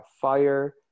fire